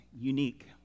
unique